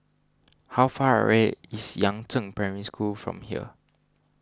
how far away is Yangzheng Primary School from here